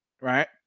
right